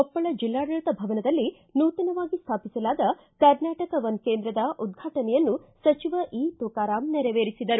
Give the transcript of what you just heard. ಕೊಪ್ಪಳ ಜಿಲ್ಡಾಡಳಿತ ಭವನದಲ್ಲಿ ನೂತನವಾಗಿ ಸ್ಥಾಪಿಸಲಾದ ಕರ್ನಾಟಕ ಒನ್ ಕೇಂದ್ರದ ಉದ್ಘಾಟನೆಯನ್ನು ಸಚಿವ ಈ ತುಕಾರಾಂ ನೆರವೇರಿಸಿದರು